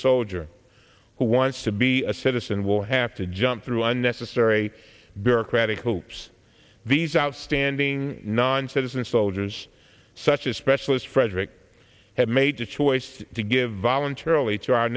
soldier who wants to be a citizen will have to jump through unnecessary bureaucratic hoops these outstanding being non citizen soldiers such a specialist frederick has made the choice to give voluntarily to our